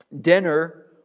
dinner